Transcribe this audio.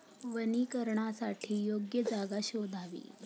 वनीकरणासाठी योग्य जागा शोधावी